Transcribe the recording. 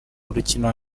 urukino